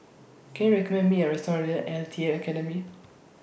Can YOU recommend Me A Restaurant near L T A Academy